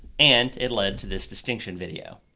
and it led to this distinction video.